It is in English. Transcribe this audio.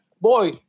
boy